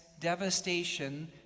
devastation